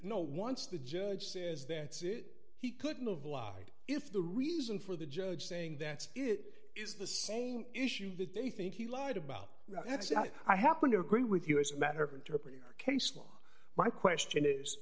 no once the judge says that's it he couldn't have lied if the reason for the judge saying that's it is the same issue that they think he lied about that's not i happen to agree with you as a matter of interpreter case law my question is